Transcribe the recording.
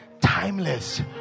timeless